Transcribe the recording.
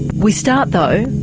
we start though.